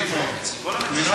מי שמצביע בעד הוא